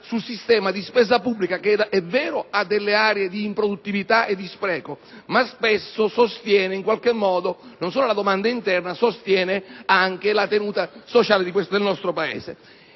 sul sistema di spesa pubblica che, è vero, ha delle aree di improduttività e di spreco, ma spesso sostiene non solo la domanda interna ma anche la tenuta sociale del nostro Paese.